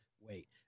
wait